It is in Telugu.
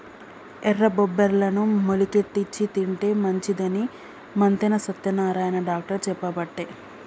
ఎర్ర బబ్బెర్లను మొలికెత్తిచ్చి తింటే మంచిదని మంతెన సత్యనారాయణ డాక్టర్ చెప్పబట్టే